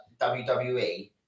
WWE